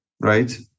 right